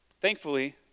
Thankfully